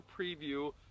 preview